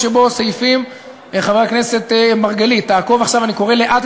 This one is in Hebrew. מה שיאפשר לה להמשיך ולדון בסוגיית מתן הסמכות